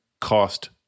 cost